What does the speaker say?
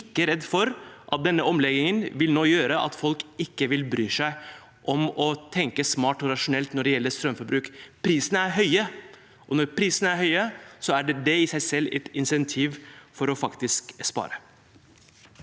ikke redd for at denne omleggingen vil gjøre at folk nå ikke vil bry seg om å tenke smart og rasjonelt når det gjelder strømforbruk. Prisene er høye. Når prisene er høye, er det i seg selv et insentiv for faktisk å spare.